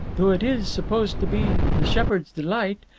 though it is supposed to be the shepherd's delight.